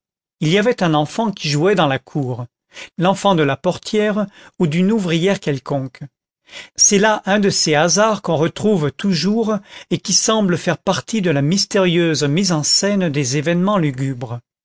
il y avait un enfant qui jouait dans la cour l'enfant de la portière ou d'une ouvrière quelconque c'est là un de ces hasards qu'on retrouve toujours et qui semblent faire partie de la mystérieuse mise en scène des événements lugubres